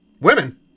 Women